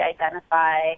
identify